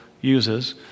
uses